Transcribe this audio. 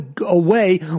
away